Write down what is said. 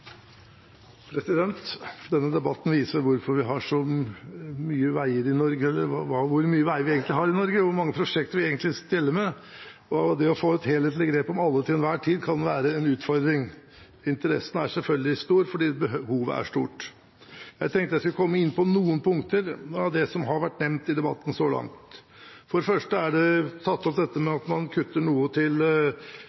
Denne debatten viser hvor mye veier vi egentlig har i Norge og hvor mange prosjekter vi egentlig steller med. Det å få et helhetlig grep om alle til enhver tid kan være en utfordring. Interessen er selvfølgelig stor fordi behovet er stort. Jeg tenkte jeg skulle komme inn på noen punkter av det som har vært nevnt i debatten så langt. For det første er det tatt opp at man kutter noe til